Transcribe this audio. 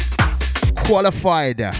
Qualified